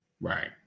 right